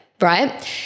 right